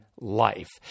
life